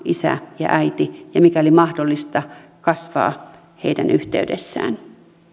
isä ja äiti ja mikäli mahdollista kasvaa heidän yhteydessään